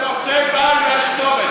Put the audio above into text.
אתם עובדי בעל ועשתורת,